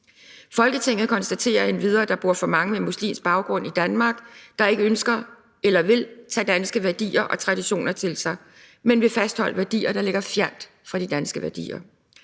Folketinget konstaterer endvidere, at der bor for mange med muslimsk baggrund i Danmark, der ikke ønsker eller vil tage danske værdier og traditioner til sig, men vil fastholde værdier, der ligger fjernt fra danske værdier.